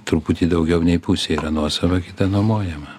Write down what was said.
truputį daugiau nei pusė yra nuosava kita nuomojama